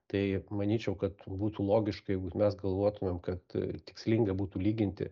tai manyčiau kad būtų logiška jeigu mes galvotumėm kad tikslinga būtų lyginti